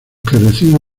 recibe